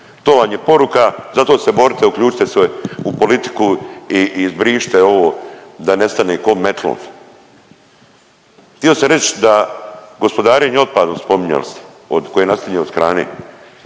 to vam je poruka, zato se borite, uključite se u politiku i izbrišite ovo da ne stane ko metlom. Htio sam reć da gospodarenje otpadom spominjali ste od, koje nastaje od hrane,